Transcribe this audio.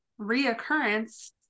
reoccurrence